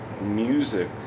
music